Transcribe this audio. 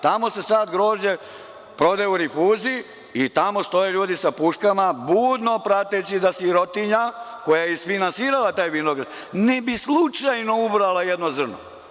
Tamo se sad grožđe prodaje u rifuzi i tamo stoje ljudi sa puškama budno prateći da sirotinja, koja je isfinansirala taj vinograd, slučajno ne ubere jedno zrno.